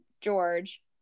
George